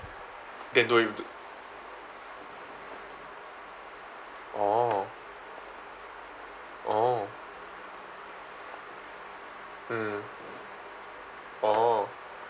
then don't even d~ orh orh mm orh